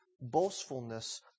boastfulness